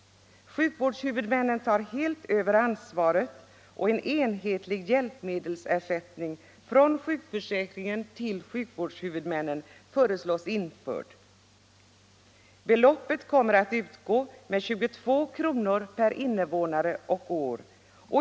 Sjukvårdshuvudmännen tar helt över ansvaret, och en enhetlig hjälpmedelsersättning från sjukförsäkringen till sjukvårdshuvudmännen föreslås införd till ett belopp av 22 kr. per invånare och år.